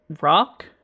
rock